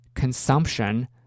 Consumption